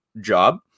job